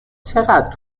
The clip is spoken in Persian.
چقدر